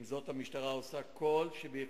עם זאת, המשטרה עושה כל שביכולתה